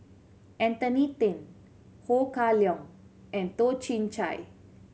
Anthony Then Ho Kah Leong and Toh Chin Chye